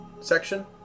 section